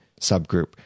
subgroup